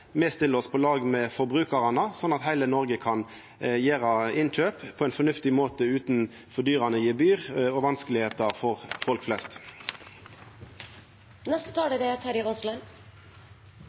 Me stiller oss på lag med forbrukarane, slik at heile Noreg kan gjera innkjøp på ein fornuftig måte, utan fordyrande gebyr og vanskar for folk flest. Trygghet for helt vanlige folk er